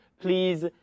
please